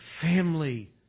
family